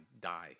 die